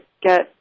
get